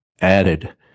added